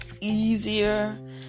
easier